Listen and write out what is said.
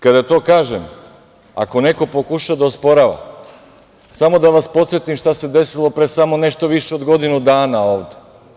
Kada to kažem, ako neko pokuša da osporava, samo da vas podsetim šta se desilo pre nešto više od godinu dana ovde.